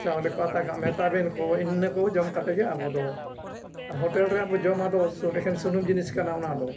ᱪᱟᱣᱞᱮ ᱠᱚ ᱟᱛᱟ ᱠᱟᱜ ᱢᱮ ᱛᱟᱵᱮᱱ ᱠᱚ ᱤᱱᱟᱹ ᱠᱚ ᱡᱚᱢ ᱠᱟᱛᱮᱫ ᱜᱮ ᱟᱵᱚ ᱫᱚ ᱟᱨ ᱦᱳᱴᱮᱞ ᱨᱮᱭᱟᱜ ᱵᱚᱱ ᱡᱚᱢ ᱟᱫᱚ ᱮᱠᱷᱮᱱ ᱥᱩᱱᱩᱢ ᱡᱤᱱᱤᱥ ᱠᱟᱱᱟ ᱚᱱᱟ ᱫᱚ